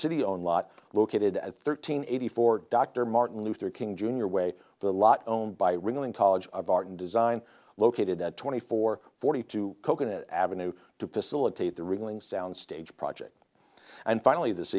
city own lot located at thirteen eighty four dr martin luther king jr way the lot owned by ringling college of art and design located at twenty four forty two coconut avenue to facilitate the reeling sound stage project and finally this